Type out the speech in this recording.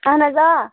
اہن حظ آ